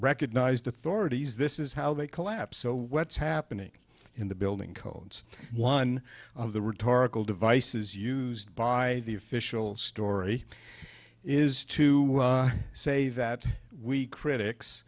recognised authorities this is how they collapse so what's happening in the building codes one of the rhetorical devices used by the official story is to say that we critics